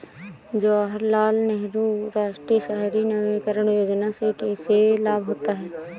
जवाहर लाल नेहरू राष्ट्रीय शहरी नवीकरण योजना से किसे लाभ होता है?